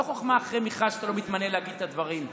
לא חוכמה אחרי מכרז שאתה לא מתמנה להגיד את הדברים.